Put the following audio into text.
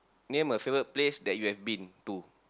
name my favourite place that you have been to